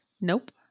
Nope